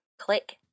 click